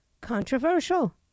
controversial